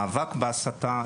מאבק בהסתה,